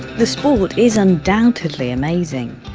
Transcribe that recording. the sport is undoubtedly amazing.